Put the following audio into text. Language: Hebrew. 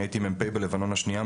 אני הייתי מ"פ בלבנון השנייה,